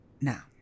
now